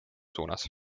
suunas